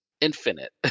infinite